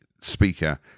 speaker